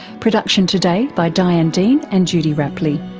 production today by diane dean and judy rapley.